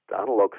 analog